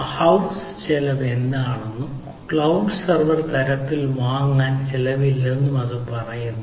house ചെലവ് എന്താണെന്നും cloud server ഒരു തരത്തിൽ വാങ്ങൽ ചെലവില്ലെന്നും അത് പറയുന്നു